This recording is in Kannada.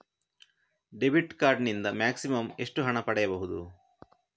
ಡೆಬಿಟ್ ಕಾರ್ಡ್ ನಿಂದ ಮ್ಯಾಕ್ಸಿಮಮ್ ಎಷ್ಟು ಹಣ ಪಡೆಯಬಹುದು?